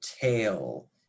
tail